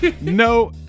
no